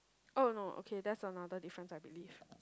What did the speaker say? oh no okay that's another difference I believe